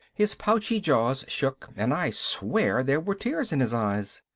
his pouchy jaws shook and i swear there were tears in his eyes.